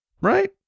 right